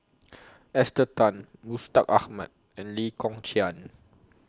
Esther Tan Mustaq Ahmad and Lee Kong Chian